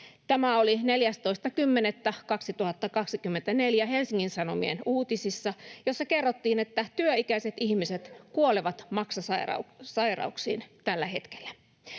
Tämä oli 14.10.2024 Helsingin Sanomien uutisessa, jossa kerrottiin, että työikäiset ihmiset kuolevat maksasairauksiin tällä hetkellä.